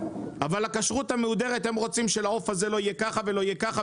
אבל בכשרות המהודרת רוצים שלעוף הזה לא יהיה כך וכך,